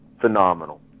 phenomenal